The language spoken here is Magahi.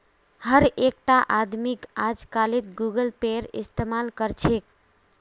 हर एकटा आदमीक अजकालित गूगल पेएर इस्तमाल कर छेक